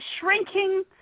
shrinking